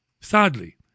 Sadly